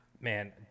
man